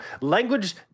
language